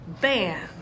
bam